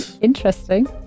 Interesting